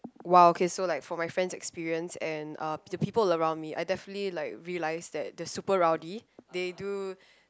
!wow! okay so like from my friend's experience and uh the people around me I definitely like realize that they're super rowdy they do